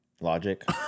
Logic